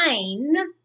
nine